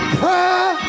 prayer